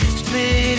split